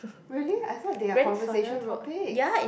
really I thought they are conversation topics